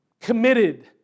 committed